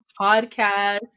Podcast